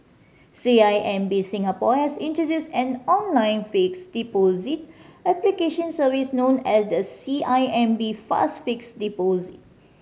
C I M B Singapore has introduced an online fixed deposit application service known as the C I M B Fast Fixed Deposit